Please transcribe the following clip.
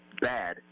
bad